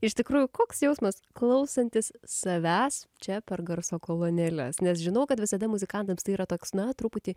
iš tikrųjų koks jausmas klausantis savęs čia per garso kolonėles nes žinau kad visada muzikantams tai yra toks na truputį